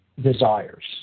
desires